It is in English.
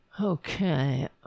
Okay